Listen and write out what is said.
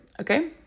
Okay